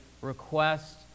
request